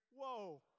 whoa